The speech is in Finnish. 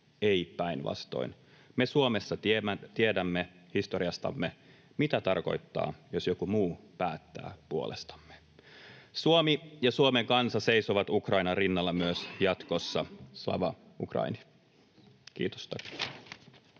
ei päinvastoin. Me Suomessa tiedämme historiastamme, mitä tarkoittaa, jos joku muu päättää puolestamme. Suomi ja Suomen kansa seisovat Ukrainan rinnalla myös jatkossa. Slava Ukraini! — Kiitos.